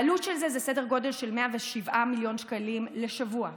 העלות של זה היא סדר גודל של 107 מיליון שקלים לשבוע לשנה.